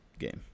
game